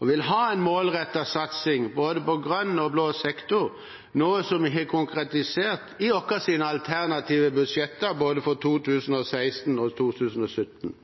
og vil ha en målrettet satsing på både grønn sektor og blå sektor, noe som vi har konkretisert i våre alternative budsjetter for både 2016 og 2017.